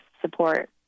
support